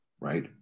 right